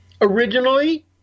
Originally